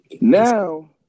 Now